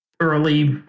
early